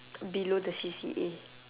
below the C_C_A